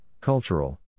Cultural